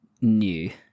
New